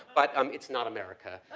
but um it's not america.